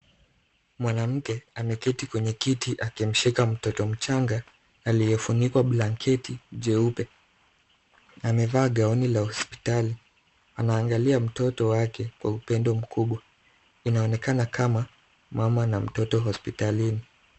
Mwanamke ameketi kwenye kiti akimshika mtoto mchanga aliyefunikwa blanketi jeupe. Amevaa gauni la hospitali. Anaangalia mtoto wake kwa upendo mkubwa. Inaonekana kama mama na mtoto hospitalini.